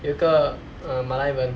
有一个 uh 马来人